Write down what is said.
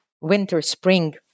winter-spring